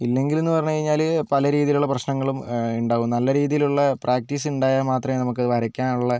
ഇല്ലെങ്കിൽ എന്ന് പറഞ്ഞു കഴിഞ്ഞാൽ പല രീതിയിലുള്ള പ്രശ്നങ്ങളും ഉണ്ടാവും നല്ല രീതിയിലുള്ള പ്രാക്ടീസ് യുണ്ടായാൽ മാത്രമേ നമുക്ക് വരയ്ക്കാനുള്ള